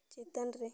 ᱪᱮᱛᱟᱱ ᱨᱮ